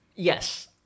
Yes